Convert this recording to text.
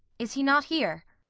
is he not here?